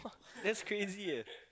that's crazy eh